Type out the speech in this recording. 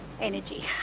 energy